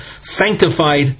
sanctified